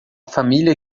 família